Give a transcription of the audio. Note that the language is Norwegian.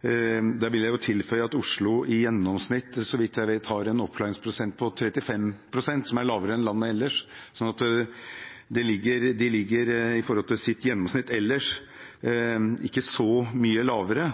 vil jeg tilføye at Oslo i gjennomsnitt, så vidt jeg vet, har en oppklaringsprosent på 35 pst., noe som er lavere enn i landet ellers. Så de ligger i forhold til sitt gjennomsnitt ellers ikke så mye lavere.